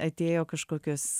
atėjo kažkokios